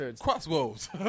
Crossroads